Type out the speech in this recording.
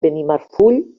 benimarfull